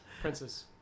princess